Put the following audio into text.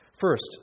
First